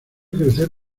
crecer